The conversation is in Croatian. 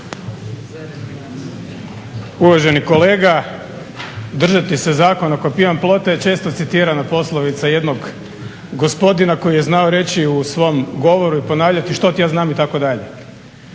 Uvaženi kolega držati se zakona ko pijan plota je često citirana poslovica jednog gospodina koji je znao reći u svom govoru i ponavljati što ti ja znam itd.